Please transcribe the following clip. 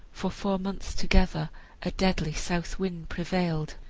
for four months together a deadly south wind prevailed.